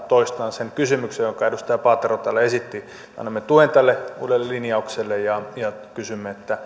toistan sen kysymyksen jonka edustaja paatero täällä esitti me annamme tuen tälle uudelle linjaukselle ja ja kysymme